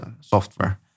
software